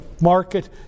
market